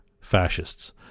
fascists